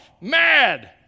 Mad